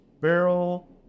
barrel